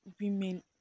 women